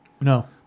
No